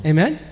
Amen